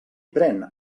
pren